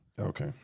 okay